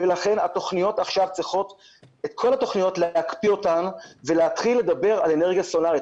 לכן צריך להקפיא את כל התוכניות ולהתחיל לדבר על אנרגיה סולרית.